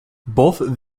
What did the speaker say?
both